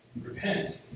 Repent